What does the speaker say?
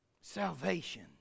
Salvation